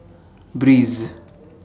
Breeze